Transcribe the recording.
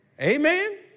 Amen